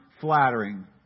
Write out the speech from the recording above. flattering